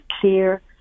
clear